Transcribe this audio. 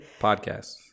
Podcasts